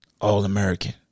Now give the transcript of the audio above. All-American